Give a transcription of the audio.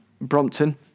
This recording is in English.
Brompton